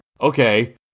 okay